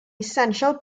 essential